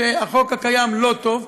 שהחוק הקיים לא טוב,